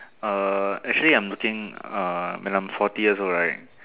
uh actually I'm looking uh when I'm forty years old right